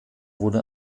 wurde